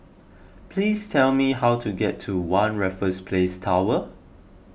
please tell me how to get to one Raffles Place Tower